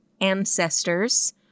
ancestors